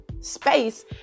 space